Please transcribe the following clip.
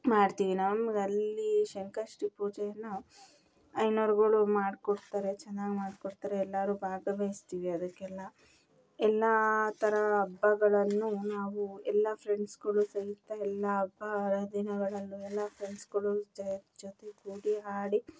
ಮಾಡ್ತೀವಿ ನಮ್ಗೆ ಅಲ್ಲೀ ಸಂಕಷ್ಟಿ ಪೂಜೆಯನ್ನು ಅಯ್ನೋರುಗಳು ಮಾಡ್ಕೊಡ್ತಾರೆ ಚೆನ್ನಾಗಿ ಮಾಡ್ಕೊಡ್ತಾರೆ ಎಲ್ಲರೂ ಭಾಗವಹಿಸ್ತಿವಿ ಅದಕ್ಕೆಲ್ಲ ಎಲ್ಲ ಥರ ಹಬ್ಬಗಳನ್ನು ನಾವು ಎಲ್ಲ ಫ್ರೆಂಡ್ಸುಗಳು ಸಹಿತ ಎಲ್ಲ ಹಬ್ಬ ಹರಿದಿನಗಳಲ್ಲೂ ಎಲ್ಲ ಫ್ರೆಂಡ್ಸುಗಳು ಜೊತೆಗೂಡಿ ಆಡಿ